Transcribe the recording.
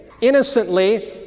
innocently